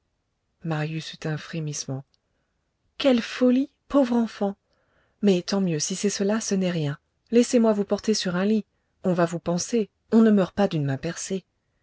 marius eut un frémissement quelle folie pauvre enfant mais tant mieux si c'est cela ce n'est rien laissez-moi vous porter sur un lit on va vous panser on ne meurt pas d'une main percée